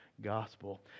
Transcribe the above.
gospel